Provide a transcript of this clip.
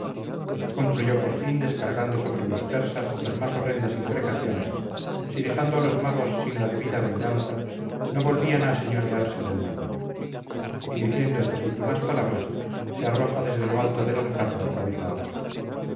concluyó por fin descargando sobre los persas las más horrendas imprecaciones si dejando a los magos sin la debida venganza no volvían a señorearse del mando y diciendo estas últimas palabras se arroja desde lo alto del alcázar cabeza abajo